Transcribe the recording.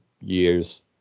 years